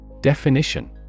Definition